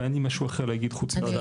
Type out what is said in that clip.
ואין לי משהו אחר להגיד חוץ מזה,